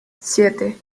siete